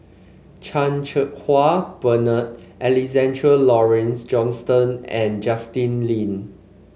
Chan Cheng Wah Bernard Alexander Laurie Johnston and Justin Lean